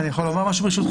אני יכול להגיד משהו?